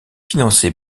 financée